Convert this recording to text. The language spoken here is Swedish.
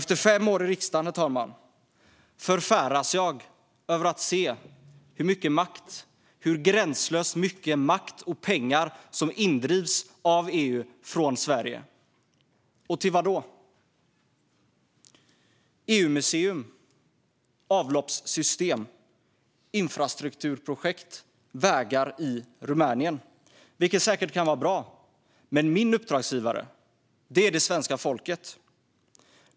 Efter fem år i riksdagen förfäras jag av att se hur gränslöst mycket makt och pengar EU driver in från Sverige. Och till vadå? Det går till EU-museum, avloppssystem, infrastrukturprojekt och vägar i Rumänien. Det kan säkert vara bra. Men min uppdragsgivare är svenska folket.